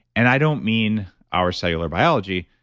and i don't mean our cellular biology.